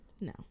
No